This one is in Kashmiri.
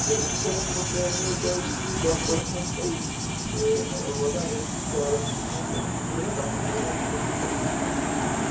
کرٛیڈِٹَس میل نو تۄہہِ دَہ پٔرسَنٛٹ تہٕ البتہ اگر تُہۍ کیش ڈِسکاوُنٛٹ آسِوٕ ضروٗرت تَتھ منٛز میلن پٔنٛژٕ پٔرسَنٛٹ تام حظ